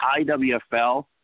IWFL